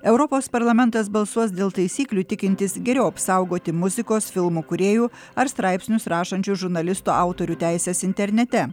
europos parlamentas balsuos dėl taisyklių tikintis geriau apsaugoti muzikos filmų kūrėjų ar straipsnius rašančių žurnalistų autorių teises internete